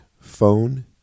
Phone